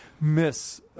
miss –